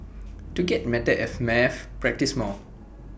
to get better at maths practise more